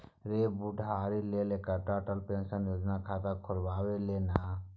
रे बुढ़ारी लेल एकटा अटल पेंशन योजना मे खाता खोलबाए ले ना